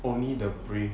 only the brave